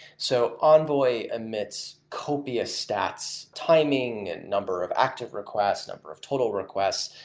so envoy emits copious stats, timing and number of active requests, number of total requests,